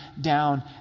down